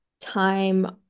time